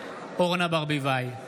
אורנה ברביבאי,